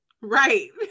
Right